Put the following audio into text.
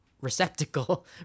receptacle